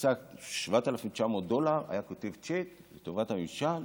יצא 7,900 דולר, היה כותב צ'ק לטובת הממשל,